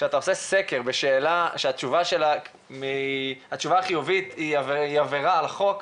כשאתה עושה סקר ושאלה שהתשובה החיובית היא עבירה על החוק,